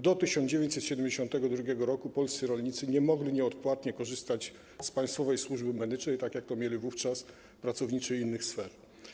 Do 1972 r. polscy rolnicy nie mogli nieodpłatnie korzystać z państwowej służby medycznej, tak jak to mieli zapewnione wówczas pracownicy innych sfer.